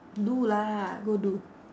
do lah go do